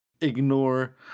ignore